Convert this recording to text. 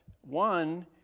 One